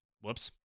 whoops